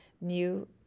new